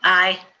aye.